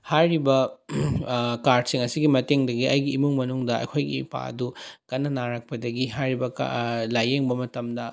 ꯍꯥꯏꯔꯤꯕ ꯀꯥꯔꯠꯁꯤꯡ ꯑꯁꯤꯒꯤ ꯃꯇꯦꯡꯗꯒꯤ ꯑꯩꯒꯤ ꯏꯃꯨꯡ ꯃꯅꯨꯡꯗ ꯑꯩꯈꯣꯏꯒꯤ ꯏꯄꯥ ꯑꯗꯨ ꯀꯟꯅ ꯅꯥꯔꯛꯄꯗꯒꯤ ꯍꯥꯏꯔꯤꯕ ꯂꯥꯏꯌꯦꯡꯕ ꯃꯇꯝꯗ